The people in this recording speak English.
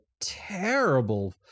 terrible